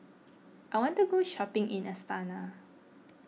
I want to go shopping in Astana